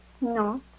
No